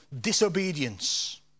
disobedience